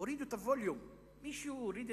הורידו את